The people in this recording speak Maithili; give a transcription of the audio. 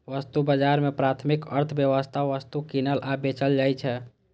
वस्तु बाजार मे प्राथमिक अर्थव्यवस्थाक वस्तु कीनल आ बेचल जाइ छै